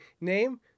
name